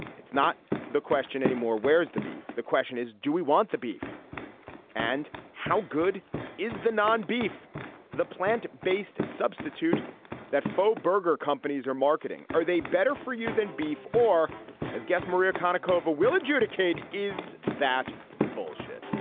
it's not the question anymore where's the beef. the question is do we want to beef and how good is the non beef the plant based substitute that faux burger companies are marketing. are they better for you than beef. or is guess maria quantico va. will adjudicate. is that bullshit